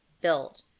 built